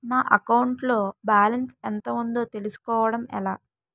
నా అకౌంట్ లో బాలన్స్ ఎంత ఉందో తెలుసుకోవటం ఎలా?